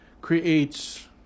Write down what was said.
creates